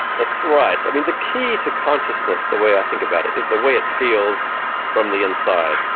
that's right. i mean the key to consciousness, the way i think about it, is the way it feels from the inside.